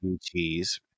Cheese